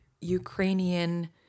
Ukrainian